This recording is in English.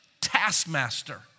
taskmaster